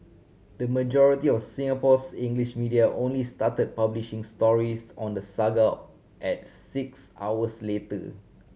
the majority of Singapore's English media only started publishing stories on the saga at six hours later